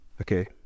okay